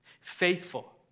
faithful